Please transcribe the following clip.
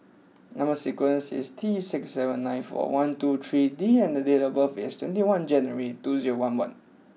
number sequence is T six seven nine four one two three D and the date of birth is twenty one January two zero one one